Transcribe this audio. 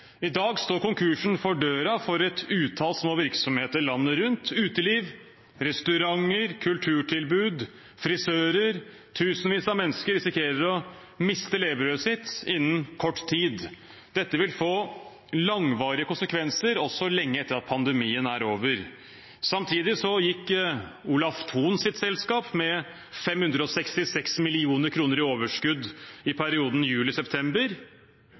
I dag står konkursen for døren for et utall små virksomheter landet rundt – uteliv, restauranter, kulturtilbud, frisører. Tusenvis av mennesker risikerer å miste levebrødet sitt innen kort tid. Dette vil få langvarige konsekvenser også lenge etter at pandemien er over. Samtidig gikk Olav Thons selskap med 566 mill. kr i overskudd i perioden